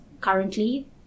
currently